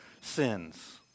sins